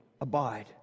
abide